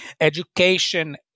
education